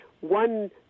one